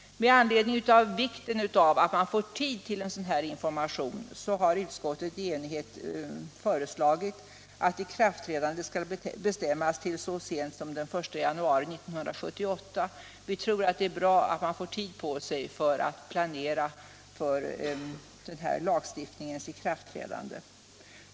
Eftersom det är viktigt att man får tid till en sådan information har utskottet i enighet föreslagit att ikraftträdandet skall sättas så sent som den 1 januari 1978. Vi tror det är bra att man får tid på sig för att planera för lagens ikraftträdande.